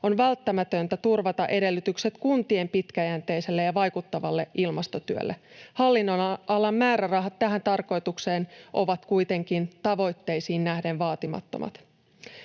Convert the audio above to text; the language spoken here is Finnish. on välttämätöntä turvata edellytykset kuntien pitkäjänteiselle ja vaikuttavalle ilmastotyölle. Hallinnonalan määrärahat tähän tarkoitukseen ovat kuitenkin tavoitteisiin nähden vaatimattomat.